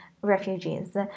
refugees